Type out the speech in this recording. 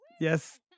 yes